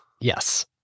Yes